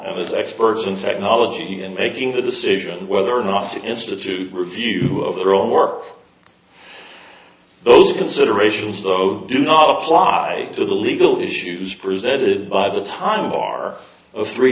and as experts in technology and making the decision whether or not to institute review of their own work those considerations though do not apply to the legal issues presented by the time bar of three